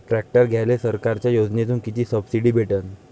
Tractor घ्यायले सरकारच्या योजनेतून किती सबसिडी भेटन?